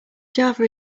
java